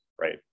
right